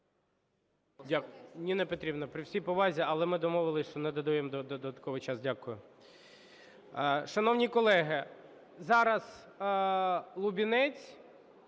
Дякую. Ніно Петрівно, при всій повазі, але ми домовились, що не додаємо додатковий час. Дякую. Шановні колеги, зараз Лубінець,